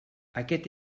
aquest